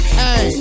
hey